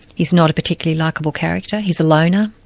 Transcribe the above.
he's not a particularly likeable character, he's a loner,